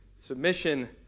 submission